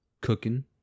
cooking